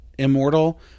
Immortal